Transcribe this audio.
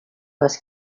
was